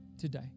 today